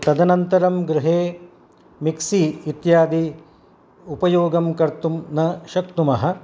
तदनन्तरं गृहे मिक्सि इत्यादि उपयोगं कर्तुं न शक्नुमः